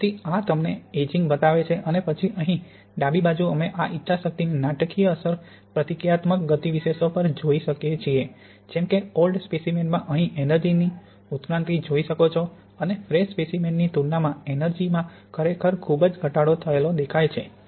તેથી આ તમને એજિંગ બતાવે છે અને પછી અહીં ડાબી બાજુ અમે આ ઇચ્છાશક્તિની નાટકીય અસર પ્રતિક્રિયાત્મક ગતિવિશેષો પર જોઈ શકીએ છીએ જેમ કે ઓલ્ડ સ્પેસીમેનમાં અહીં એનજીનું ઉત્ક્રાંતિ જોઈ શકો છો અને ફ્રેશ સ્પેસીમેનની તુલનામાં એનજીમાં ખરેખર ખૂબ જ ઘટાડો થયેલો દેખાય છે